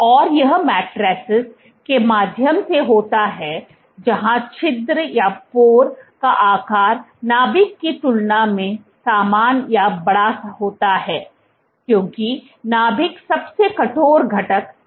और यह मेट्रिसेस के माध्यम से होता है जहां छिद्र का आकार नाभिक की तुलना में समान या बड़ा होता है क्योंकि नाभिक सबसे कठोर घटक होता है